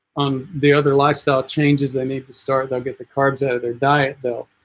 on the other lifestyle changes they need to start they'll get the carbs out of their diet they'll